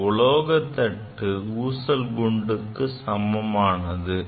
அந்த உலோகத் தட்டு ஊசல் குண்டுக்கு சமமானது